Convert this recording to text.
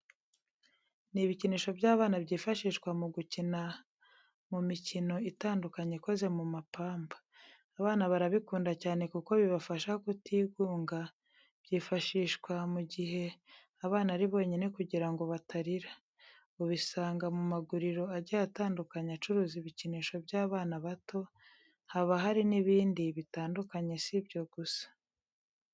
Ni ibikinisho by'abana byifashishwa mu gukina mu mikino igiye itandukanye ikoze mu mapamba. Abana barabikunda cyane kuko bibafasha kutigunga byifashashwa mu gihe abana ari bonyine kugira ngo batarira, ubisanga mu maguriro agiye atandukanye acuruza ibikinisho by'abana bato haba hari n'indi bitandukanye si ibyo gusa.